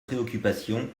préoccupations